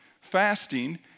fasting